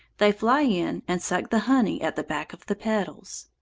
they fly in, and suck the honey at the back of the petals.